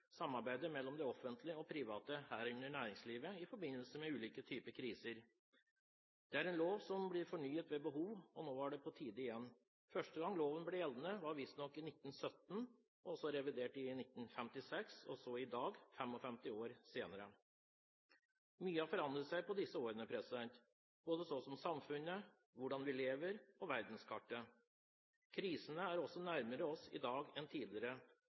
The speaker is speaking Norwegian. samarbeidet mellom det offentlige og det private, herunder næringslivet, i forbindelse med ulike typer kriser. Det er en lov som blir fornyet ved behov, og nå var det igjen på tide. Første gang loven ble gjort gjeldende, var visstnok i 1917. Den ble så revidert i 1956 og så i dag, 55 år senere. Mye har forandret seg på disse årene, så som samfunnet, hvordan vi lever, og verdenskartet. Krisene er også nærmere oss i dag enn tidligere.